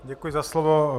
Děkuji za slovo.